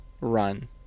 run